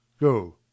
go